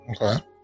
Okay